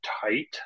tight